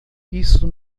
isso